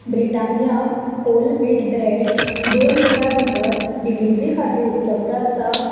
Britannia whole wheat bread दोन वरां भितर डिलिव्हरी खातीर उपलब्ध आसा